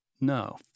No